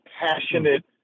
passionate